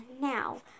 now